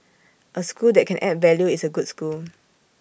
A school that can add value is A good school